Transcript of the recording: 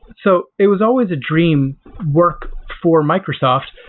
so it was always a dream work for microsoft.